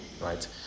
right